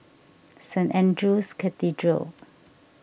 Saint andrew's Cathedral